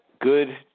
good